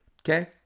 Okay